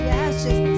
ashes